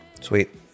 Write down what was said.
sweet